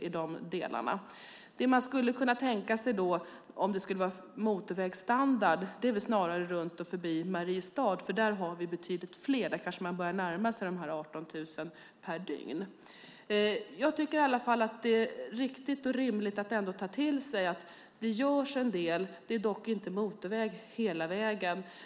Motorvägsstandard skulle man kunna tänka sig runt och förbi Mariestad, för där börjar man kanske närma sig 18 000 fordon per dygn. Det är riktigt och rimligt att ta till sig att det ändå görs en del. Det är dock inte motorväg hela vägen.